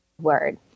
word